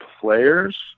players